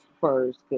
first